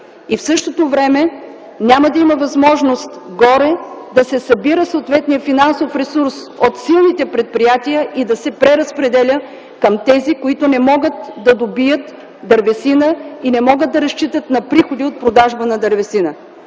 В същото време няма да има възможност горе да се събира съответният финансов ресурс от силните предприятия и да се преразпределя към тези, които не могат да добият дървесина и не могат да разчитат на приходи от продажба на дървесина.